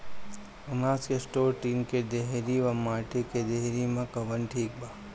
अनाज के store tin के डेहरी व माटी के डेहरी मे कवन ठीक बा?